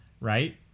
Right